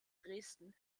dresden